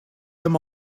them